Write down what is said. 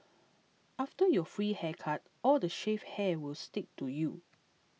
after your free haircut all the shaved hair will stick to you